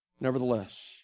Nevertheless